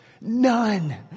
None